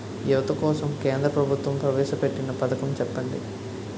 యువత కోసం కేంద్ర ప్రభుత్వం ప్రవేశ పెట్టిన పథకం చెప్పండి?